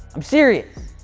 i'm serious.